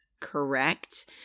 correct